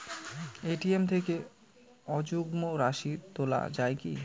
ATM থেকে অযুগ্ম রাশি তোলা য়ায় কি?